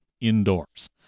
indoors